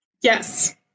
Yes